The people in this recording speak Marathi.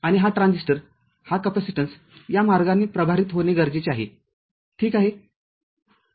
आणि हा ट्रान्झिस्टरहा कॅपेसिटन्सया मार्गाने प्रभारित होणे गरजेचे आहे ठीक आहे